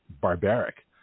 barbaric